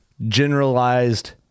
generalized